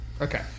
okay